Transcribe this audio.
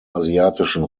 asiatischen